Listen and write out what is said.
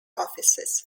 offices